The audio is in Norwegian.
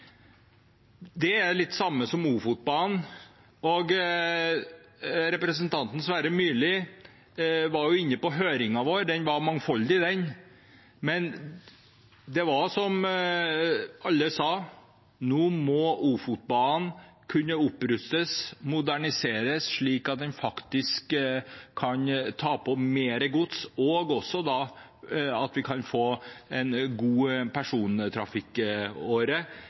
Det er litt det samme som med Ofotbanen. Representanten Sverre Myrli var inne på høringen vår. Den var mangfoldig, men alle sa at nå må Ofotbanen kunne opprustes og moderniseres, slik at den faktisk kan ta mer gods og vi kan få en god persontrafikkåre på den siden, nedover Sverige, slik at vi kan